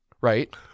right